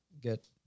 get